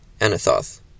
Anathoth